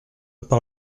par